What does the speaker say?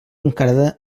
encarada